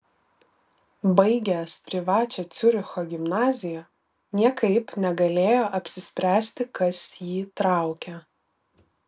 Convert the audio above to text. baigęs privačią ciuricho gimnaziją niekaip negalėjo apsispręsti kas jį traukia